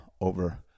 over